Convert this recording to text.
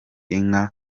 inka